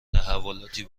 تحولاتی